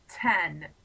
ten